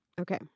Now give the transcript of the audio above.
okay